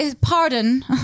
pardon